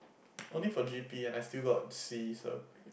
only got g_p and I still got C so